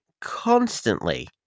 constantly